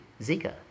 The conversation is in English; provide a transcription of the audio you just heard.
Zika